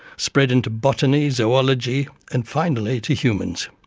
spread into botany, zoology and finally to humans.